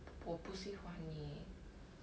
我不喜欢你